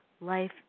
Life